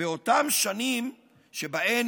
באותן שנים שבהן